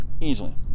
easily